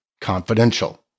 confidential